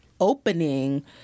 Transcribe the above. opening